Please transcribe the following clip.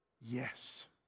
Yes